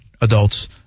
adults